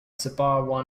sabah